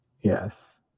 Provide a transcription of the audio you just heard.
yes